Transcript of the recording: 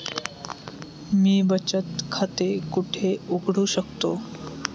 मी बचत खाते कुठे उघडू शकतो?